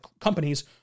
companies